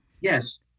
yes –